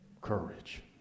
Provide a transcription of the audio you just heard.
Courage